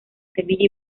sevilla